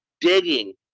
digging